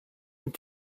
und